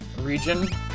region